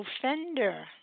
offender